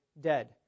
dead